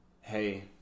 hey